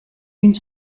une